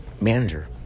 manager